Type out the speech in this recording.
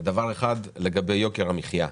דבר אחד, לגבי יוקר המחיה.